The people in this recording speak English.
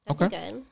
Okay